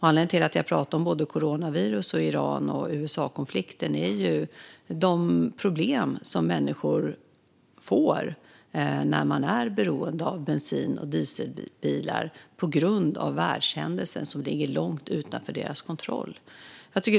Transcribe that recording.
Anledningen till att jag talar om både coronaviruset och Iran-USA-konflikten är de problem som människor som är beroende av bensin och dieselbilar får på grund av världshändelser som ligger långt utanför deras kontroll.